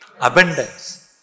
abundance